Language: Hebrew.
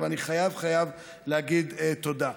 אבל אני חייב להגיד תודה.